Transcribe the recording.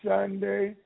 Sunday